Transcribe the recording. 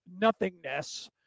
nothingness